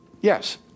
yes